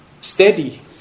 steady